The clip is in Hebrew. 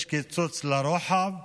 יש קיצוץ לרוחב,